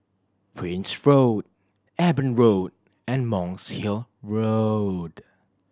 Prince Road Eben Road and Monk's Hill Road